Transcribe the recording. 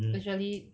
is really